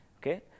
Okay